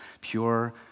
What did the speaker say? pure